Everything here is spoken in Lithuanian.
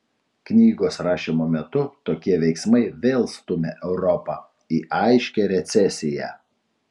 knygos rašymo metu tokie veiksmai vėl stumia europą į aiškią recesiją